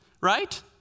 right